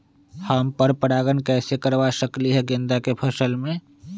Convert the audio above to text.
हम पर पारगन कैसे करवा सकली ह गेंदा के फसल में?